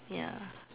ya